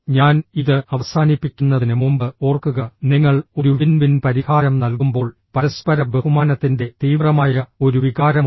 ഞാൻ ഇത് അവസാനിപ്പിക്കുന്നതിന് മുമ്പ് ഓർക്കുക നിങ്ങൾ ഒരു വിൻ വിൻ പരിഹാരം നൽകുമ്പോൾ പരസ്പര ബഹുമാനത്തിന്റെ തീവ്രമായ ഒരു വികാരമുണ്ട്